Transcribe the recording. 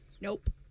Nope